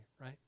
right